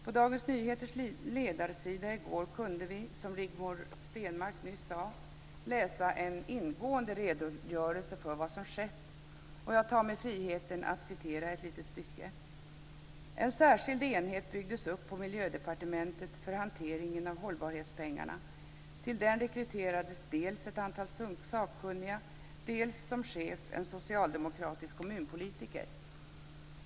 På Dagens Nyheters ledarsida i går kunde vi, som Rigmor Stenmark nyss sade, läsa en ingående redogörelse för vad som skett. Och jag tar mig friheten att citera ett litet stycke. "En särskild enhet byggdes upp på miljödepartementet för hanteringen av hållbarhetspengarna. Till den rekryterades dels ett antal sakkunniga, dels som chef en socialdemokratisk kommunalpolitiker.